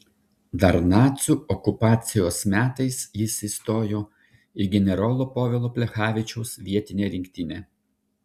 dar nacių okupacijos metais jis įstojo į generolo povilo plechavičiaus vietinę rinktinę